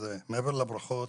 אז מעבר לברכות